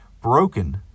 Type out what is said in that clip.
broken